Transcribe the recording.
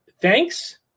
thanks